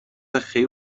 خیر